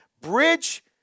bridge